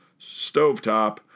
stovetop